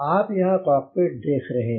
आप यहाँ कॉकपिट देख रहे हैं